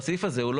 הסעיף הזה,